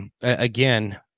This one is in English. again